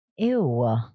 Ew